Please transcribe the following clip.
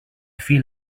feel